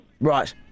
Right